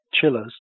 chillers